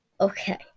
Okay